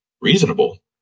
reasonable